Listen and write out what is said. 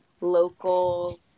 local